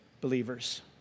Believers